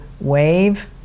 wave